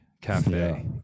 cafe